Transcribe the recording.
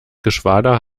geschwader